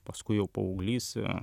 paskui jau paauglys